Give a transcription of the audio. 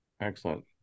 Excellent